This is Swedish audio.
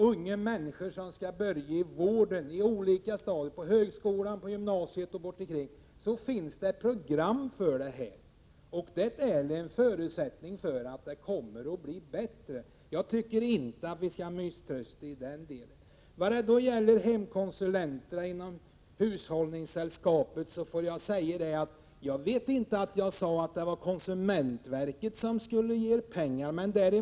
Unga människor som skall börja i vården utbildas på olika stadier, på högskolan och på gymnasiet t.ex. Där finns program för detta, och det är en förutsättning för att det skall bli bättre. Jag tycker inte vi skall misströsta på det området. Vad gäller hemkonsulenterna inom hushållningssällskapen tror jag inte att jag sade att konsumentverket skulle ge pengar till dem.